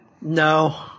No